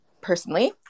personally